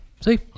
See